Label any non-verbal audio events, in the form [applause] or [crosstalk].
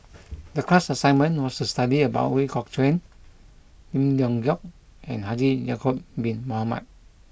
[noise] the class assignment was to study about Ooi Kok Chuen Lim Leong Geok and Haji Ya'Acob bin Mohamed